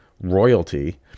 royalty